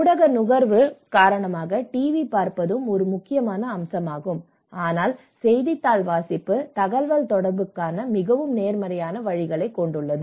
ஊடக நுகர்வு காரணமாக டிவி பார்ப்பதும் ஒரு முக்கிய அம்சமாகும் ஆனால் செய்தித்தாள் வாசிப்பு தகவல்தொடர்புக்கான மிகவும் நேர்மறையான வழிகளைக் காட்டுகிறது